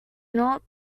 not